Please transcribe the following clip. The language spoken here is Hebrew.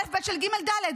אלף-בית של גימל-דלת.